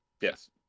Yes